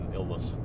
illness